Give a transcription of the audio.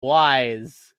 wise